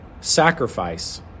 Sacrifice